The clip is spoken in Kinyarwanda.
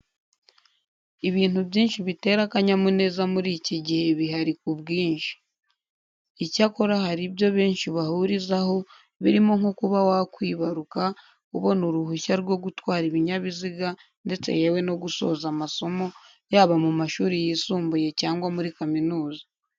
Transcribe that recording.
Ibintu byinshi bitera akanyamuneza muri iki gihe bihari ku bwinshi. Icyakora hari ibyo benshi bahurizaho, birimo nko kuba wakwibaruka, kubona uruhushya two gutwara ibinyabiziga ndetse yewe no gusoza amasomo, yaba mu mashuri yisumbuye cyangwa muri kaminuza.